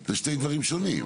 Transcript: אלה שני דברים שונים.